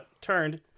turned